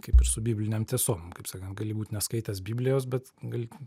kaip ir su biblinėm tiesom kaip sakant gali būti neskaitęs biblijos bet gali